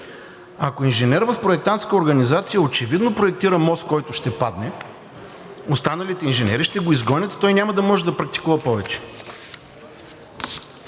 Ако инженер в проектантска организация очевидно проектира мост, който ще падне, останалите инженери ще го изгонят и той няма да може да практикува повече.